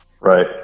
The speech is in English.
Right